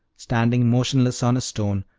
standing motionless on a stone,